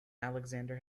alexander